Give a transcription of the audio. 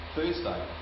Thursday